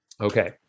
Okay